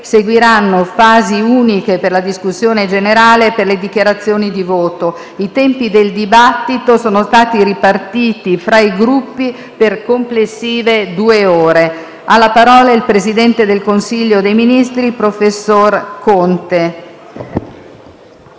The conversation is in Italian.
seguiranno fasi uniche per la discussione e per le dichiarazioni di voto. I tempi del dibattito sono stati ripartiti tra i Gruppi per complessive due ore. Ha facoltà di parlare il presidente del Consiglio dei ministri, professor Conte.